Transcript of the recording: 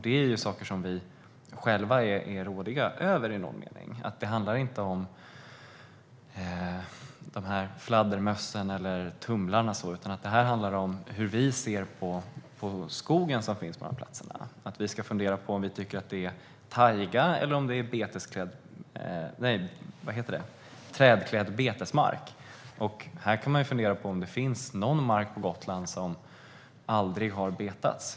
Detta är sådant som vi själva i någon mening är rådiga över. Det handlar inte om några fladdermöss eller tumlare utan om hur vi ser på den skog som finns på dessa platser. Vi funderar på om vi tycker att det är tajga eller om det är trädklädd betesmark. Man kan fundera på om det finns någon mark på Gotland som aldrig har betats.